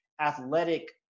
athletic